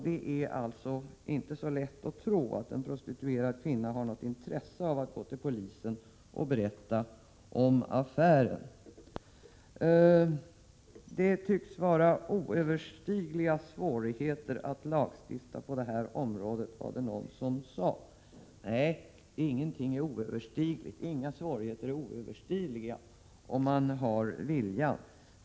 Det är inte så lätt att tro att en prostituerad kvinna har något intresse av att gå till polisen och berätta om affären. Det tycks vara oöverstigliga svårigheter att lagstifta på det här området, var det någon som sade. Nej, inga svårigheter är oöverstigliga därvidlag, om man har viljan.